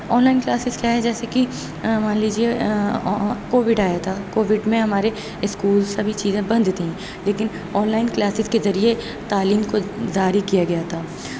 on line classes کیا ہے جیسے کہ مان لیجیے کووڈ آیا تھا کووڈ میں ہمارے اسکولس سبھی چیزیں بند تھیں لیکن آن لائن کلاسیس کے ذریعے تعلیم کو جاری کیا گیا تھا